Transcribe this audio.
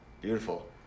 Beautiful